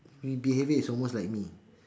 mean behaviour is almost like me